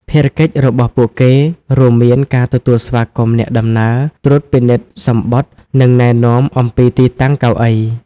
ភារកិច្ចរបស់ពួកគេរួមមានការទទួលស្វាគមន៍អ្នកដំណើរ ត្រួតពិនិត្យសំបុត្រ និងណែនាំអំពីទីតាំងកៅអី។